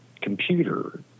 computer